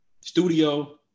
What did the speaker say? studio